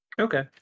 Okay